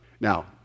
Now